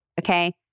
okay